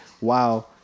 Wow